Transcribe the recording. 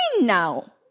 now